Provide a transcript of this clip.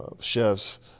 chefs